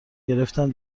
گرفتم